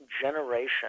generation